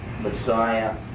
Messiah